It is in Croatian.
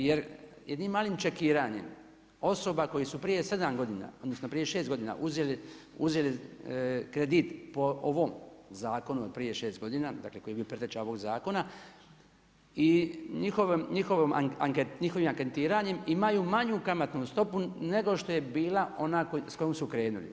Jer jednim malim checkiranjem osoba koje su prije 7 godina odnosno prije 6 godina uzeli kredit po ovom zakonu od prije 6 godina, dakle koji bio preteča ovog zakona, i njihovim anketiranjem, imaju manju kamatnu stopu nego što je bila ona s kojom su krenuli.